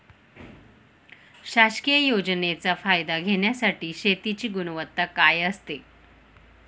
शासकीय योजनेचा फायदा घेण्यासाठी शेतीची गुणवत्ता काय असते?